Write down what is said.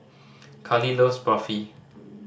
Kali loves Barfi